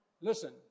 Listen